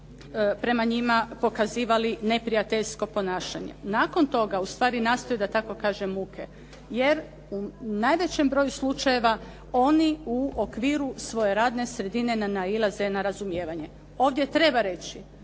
prema njima pokazivali neprijateljsko ponašanje. Nakon toga ustvari nastaju da tako kažem muke jer u najvećem broju slučajeva oni u okviru svoje radne sredine ne nailaze na razumijevanje. Ovdje treba reći